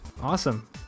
awesome